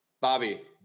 Bobby